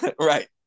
Right